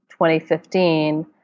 2015